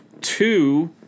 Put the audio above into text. two